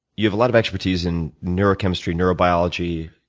you have a lot of expertise in neurochemistry, neurobiology,